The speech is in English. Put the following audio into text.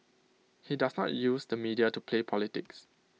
he does not use the media to play politics